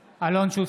שוסטר,